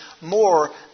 more